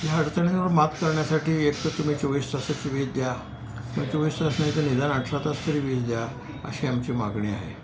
ह्या अडचणींवर मात करण्यासाठी एकतर तुम्ही चोवीस तासाची वीज द्या तुम्ही चोवीस तास नाही तर निदान अठरा तास तरी वीज द्या अशी आमची मागणी आहे